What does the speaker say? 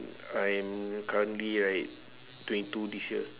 I'm currently like twenty two this year